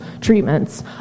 treatments